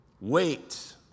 Wait